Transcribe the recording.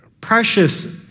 precious